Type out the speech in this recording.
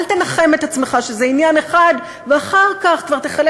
אל תנחם את עצמך שזה עניין אחד ואחר כך כבר תחלק